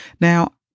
Now